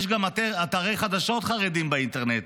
יש גם אתרי חדשות חרדיים באינטרנט.